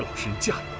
zhejiang